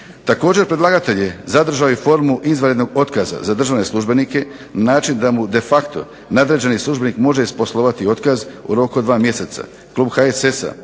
Također, predlagatelj je zadržao i formu izvanrednog otkaza za državne službenike na način da mu de facto nadređeni službenik može isposlovati otkaz u roku od 2 mjeseca.